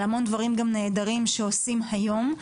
על המון דברים גם נהדרים שעושים היום.